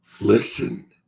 Listen